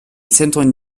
zentrum